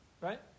right